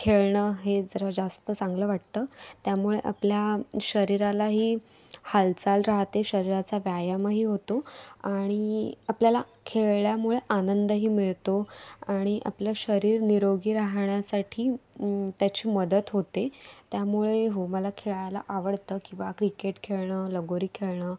खेळणं हे जरा जास्त चांगलं वाटतं त्यामुळे आपल्या शरीरालाही हालचाल राहते शरीराचा व्यायामही होतो आणि आपल्याला खेळल्यामुळे आनंदही मिळतो आणि आपलं शरीर निरोगी राहण्यासाठी त्याची मदत होते त्यामुळे हो मला खेळायला आवडतं किंवा क्रिकेट खेळणं लगोरी खेळणं